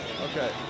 Okay